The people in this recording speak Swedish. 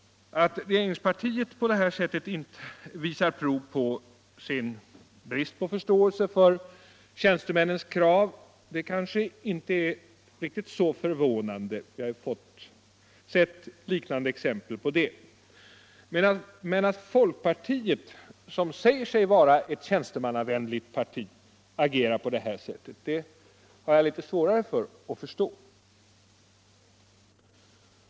Att regeringspartiet på det här sättet visar sin brist på förståelse för tjänstemännens krav är kanske inte så förvånande — vi har fått se liknande exempel på det — men att folkpartiet, som säger sig vara ett tjänstemannavänligt parti, agerar på det här sättet har jag litet svårare att förstå.